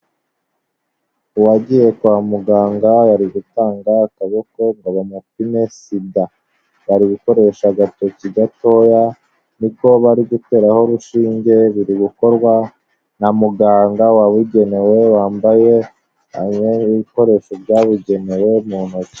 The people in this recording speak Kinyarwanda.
Uwagiye kwa muganga ari gutanga akaboko ngo bamupime sida, bari gukoresha agatoki gatoya niko bari guteraho urushinge biri gukorwa na muganga wabugenewe wambaye ibikoresho byabugenewe mu ntoki.